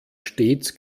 stets